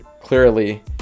clearly